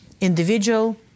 individual